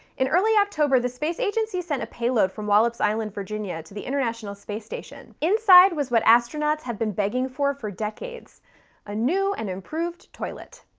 in early october, the space agency sent a payload from wallops island, virginia, to the international space station. inside was what astronauts have been begging for for decades a new and improved toilet.